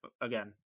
Again